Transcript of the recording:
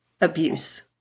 abuse